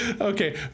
okay